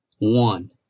One